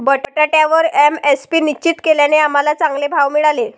बटाट्यावर एम.एस.पी निश्चित केल्याने आम्हाला चांगले भाव मिळाले